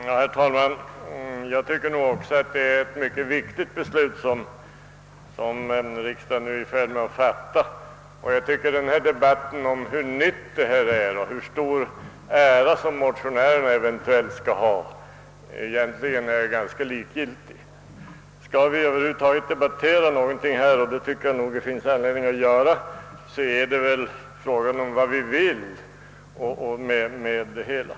Herr talman! Också jag tycker att det är ett mycket viktigt beslut som riksdagen nu är i färd med att fatta, men jag anser att debatten om hur nytt detta är och om hur stor ära som motionärerna eventuellt skall ha därav egentligen är ganska onödig. Om vi över huvud taget skall debattera någonting här, vilket det nog finns anledning att göra, gäller det närmast att komma fram till vad vi vill åstadkomma med det hela.